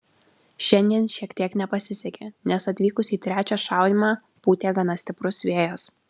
šiandien šiek tiek nepasisekė nes atvykus į trečią šaudymą pūtė gana stiprus vėjas